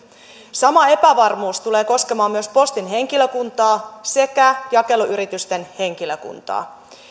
sama epävarmuus tulee koskemaan myös postin henkilökuntaa sekä jakeluyritysten henkilökuntaa